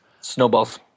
Snowballs